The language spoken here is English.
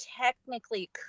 technically